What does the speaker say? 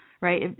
right